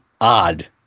odd